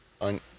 on